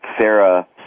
Sarah